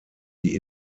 die